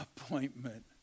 appointment